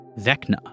Vecna